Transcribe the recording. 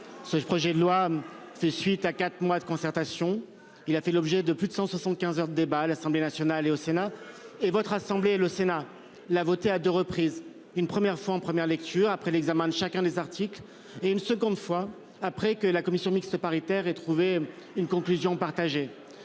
Ce projet de loi faite suite à quatre mois de concertation. Il a donné lieu à plus de 175 heures de débat à l'Assemblée nationale et au Sénat et votre assemblée, le Sénat, l'a voté à deux reprises : une première fois en première lecture, après l'examen de chacun des articles, ... Par un vote bloqué !... une seconde fois, après que la commission mixte paritaire a abouti à une conclusion partagée.